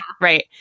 Right